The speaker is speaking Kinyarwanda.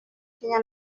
kenya